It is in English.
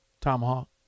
Tomahawk